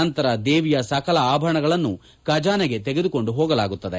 ನಂತರ ದೇವಿಯ ಸಕಲ ಆಭರಣಗಳನ್ನು ಖಜಾನೆಗೆ ತೆಗೆದುಕೊಂಡು ಹೋಗಲಾಗುತ್ತದೆ